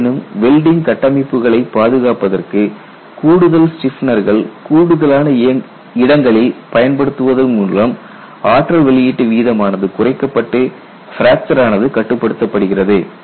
இருப்பினும் வெல்டிங் கட்டமைப்புகளை பாதுகாப்பதற்கு கூடுதல் ஸ்டிப்னர்களை கூடுதலான இடங்களில் பயன்படுத்துவதன் மூலம் ஆற்றல் வெளியீட்டு வீதம் ஆனது குறைக்கப்பட்டு பிராக்சர் ஆனது கட்டுப்படுத்தப்படுகிறது